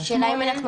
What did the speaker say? אני רוצה להגיד לך,